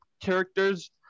characters